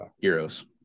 heroes